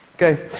ok?